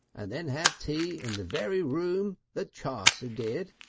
and then have tea in the very room that chaucer did,